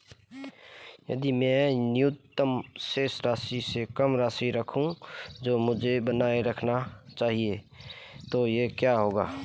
यदि मैं न्यूनतम शेष राशि से कम राशि रखूं जो मुझे बनाए रखना चाहिए तो क्या होगा?